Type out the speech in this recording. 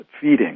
feeding